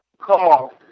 call